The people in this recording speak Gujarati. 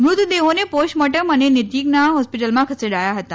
મૃતદેહોને પોસ્ટ મોર્ટમ માટે નજીકની હોસ્પીટલમાં ખસેડાયા હતા